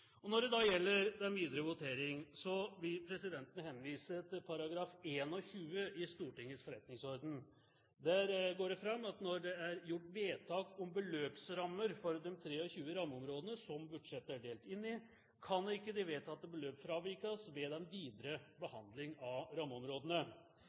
Venstre Når det gjelder den videre votering, vil presidenten henvise til § 21 i Stortingets forretningsorden. Der går det fram at når det er gjort vedtak om beløpsrammer for de 23 rammeområdene som budsjettet er delt inn i, kan ikke de vedtatte beløp fravikes ved den videre